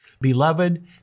Beloved